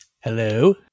Hello